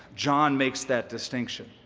john makes that distinction.